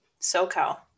SoCal